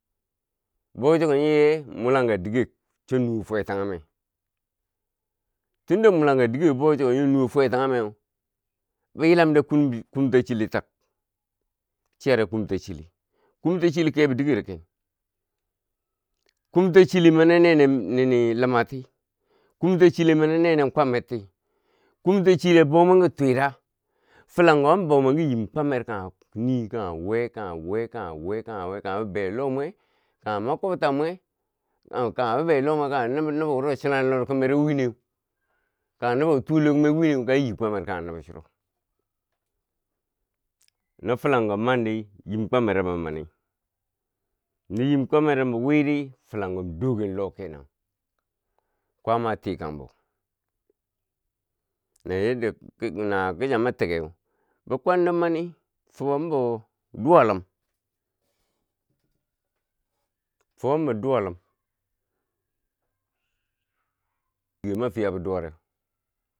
Bwou chigke nye mulangka diget so nuwe fwe tanghum me tunda mulangka digero bou chuko nyo nuwe fwetanghum bi yilamde kumta chile tak chiyare kumta chile, kumta chile kebo dikero ken kumta chile mania ne nen nini lumati, kumta chile mani ne nen kwamerti kumta chile a bwo mwen ki twira filangho an bo mwenki yim kwamer kanghe nii kaghe we kaghe we, ka ghewe ka ghe we kaghe bibiyo lo mwe kaghe ma kwabta mwe, kaghe bibiyo lo mwe kaghe nobo wuro chinar lor kumero wineu, kaghe nobo wo tulokume wineu kanyi kwamer kaghe nubo churo no filango man di, yim kwamerem bo mani no yinu kwamerem bo weri filango dogen lo kenen kwaama a tikan bo, nawo ki chan ma ti keu, be kwando mani fubumbo duwa lum fubombo chima lum, digema fiya biduwareu.